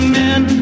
men